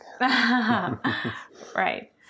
Right